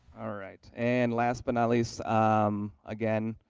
all right and last but not least um again